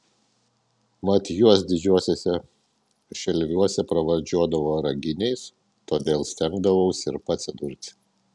mat juos didžiuosiuose šelviuose pravardžiuodavo raginiais todėl stengdavausi ir pats įdurti